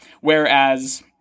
Whereas